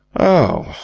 oh, ah!